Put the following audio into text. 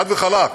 חד וחלק,